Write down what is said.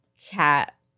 Cat